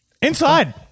Inside